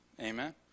Amen